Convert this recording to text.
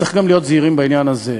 צריך גם להיות זהירים בעניין הזה.